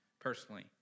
personally